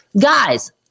guys